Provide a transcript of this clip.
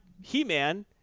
He-Man